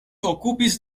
okupis